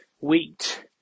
wheat